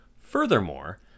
Furthermore